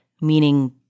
meaning